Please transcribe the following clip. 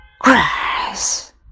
Grass